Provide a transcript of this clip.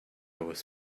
was